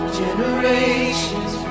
generations